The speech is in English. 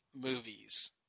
movies